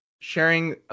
Sharing